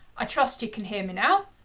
i trust you can hear me now.